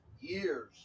Years